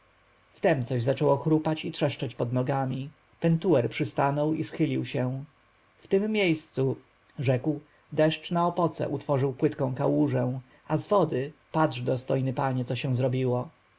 wtem coś zaczęło chrupać i trzeszczeć pod nogami pentuer przystanął i schylił się w tem miejscu rzekł deszcz na opoce utworzył płytką kałużę a z wody patrz dostojny panie co się zrobiło